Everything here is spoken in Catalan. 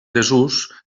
desús